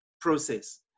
process